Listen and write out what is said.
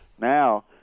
now